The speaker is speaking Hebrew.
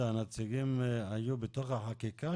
שלומי, הנציבים היו בתוך החקיקה?